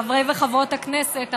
חברי וחברות הכנסת,